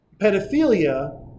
Pedophilia